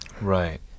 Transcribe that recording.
Right